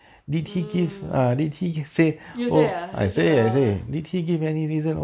mm you say ya you say whatever